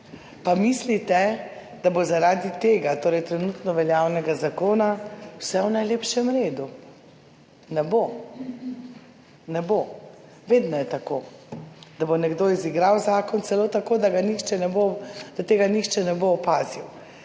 Pa mislite, da bo zaradi tega, torej trenutno veljavnega zakona vse v najlepšem redu? Ne bo. Ne bo. Vedno je tako, da bo nekdo izigral zakon celo tako, da ga nihče ne bo, da